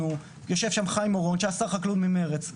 יושב שם חיים אורון שהיה שר החקלאות ממרצ,